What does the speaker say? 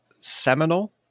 Seminal